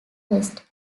first